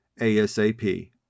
ASAP